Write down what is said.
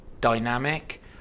dynamic